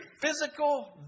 physical